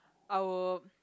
I will